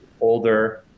older